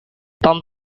tom